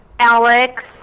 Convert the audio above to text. Alex